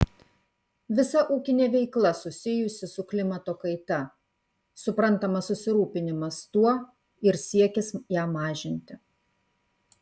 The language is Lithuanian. visa ūkinė veikla susijusi su klimato kaita suprantamas susirūpinimas tuo ir siekis ją mažinti